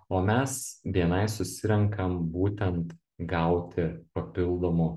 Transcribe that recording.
o mes bni susirenkam būtent gauti papildomų